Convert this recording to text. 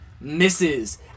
misses